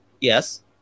Yes